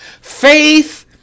Faith